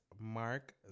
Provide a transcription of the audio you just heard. Mark